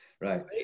right